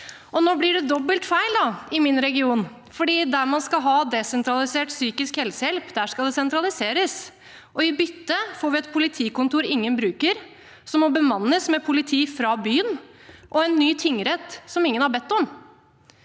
Nå blir det dobbelt feil i min region, for der man skal ha desentralisert psykisk helsehjelp, skal det sentraliseres. I bytte får vi et politikontor ingen bruker, som må bemannes med politi fra byen, og en ny tingrett som ingen har bedt om.